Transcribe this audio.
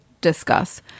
discuss